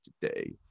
today